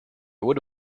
would